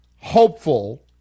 hopeful